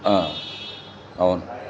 అవును